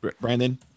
Brandon